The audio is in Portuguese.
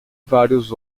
vários